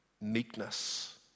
meekness